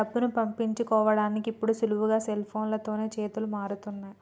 డబ్బులు పంపించుకోడానికి ఇప్పుడు సులువుగా సెల్ఫోన్లతోనే చేతులు మారుతున్నయ్